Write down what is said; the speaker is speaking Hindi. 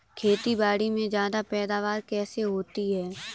खेतीबाड़ी में ज्यादा पैदावार कैसे होती है?